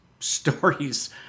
stories